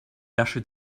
lasche